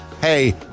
hey